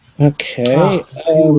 Okay